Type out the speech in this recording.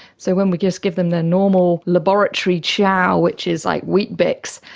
so when we just give them their normal laboratory chow, which is like weetabix,